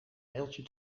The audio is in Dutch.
mailtje